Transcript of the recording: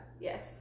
Yes